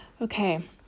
Okay